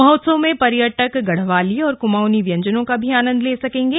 महोत्सव में पर्यटक गढ़वाली और कुमाऊंनी व्यंजनों का आनंद भी ले सकेंगे